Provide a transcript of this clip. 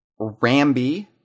Rambi